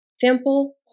sample